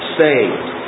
saved